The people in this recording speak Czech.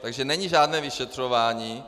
Takže není žádné vyšetřování.